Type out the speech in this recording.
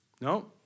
No